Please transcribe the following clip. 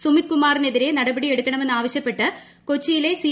സുമിത്കുമാറിനെതിരെ നടപടിയെടുക്കണമെന്നാവശൃപ്പെട്ട് കൊച്ചിയിലെ സി